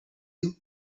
you